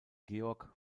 georg